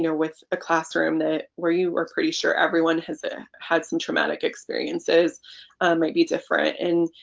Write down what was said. you know with a classroom that where you were pretty sure everyone has ah had some traumatic experiences might be different. and